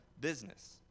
business